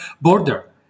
border